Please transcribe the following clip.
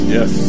Yes